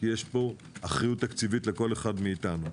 יש פה אחריות תקציבית לכל אחד מאתנו.